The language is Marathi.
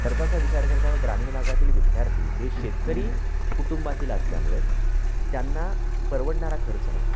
खर्चाचा विचार करताना ग्रामीण भागातील विद्यार्थी हे शेतकरी कुटुंबातील असल्यामुळं त्यांना परवडणारा खर्च नाही